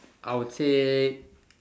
I would say